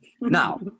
Now